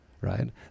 right